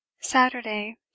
SATURDAY